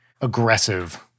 aggressive